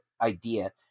idea